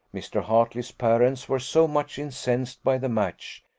mr. hartley's parents were so much incensed by the match,